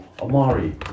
Amari